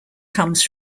comes